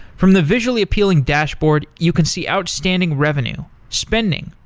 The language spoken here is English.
from the visually appealing dashboard, you can see outstanding revenue, spending,